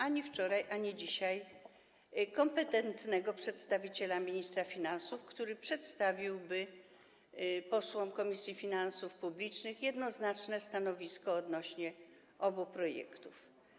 Ani wczoraj, ani dzisiaj nie było kompetentnego przedstawiciela Ministerstwa Finansów, który przedstawiłby posłom Komisji Finansów Publicznych jednoznaczne stanowisko wobec obu projektów.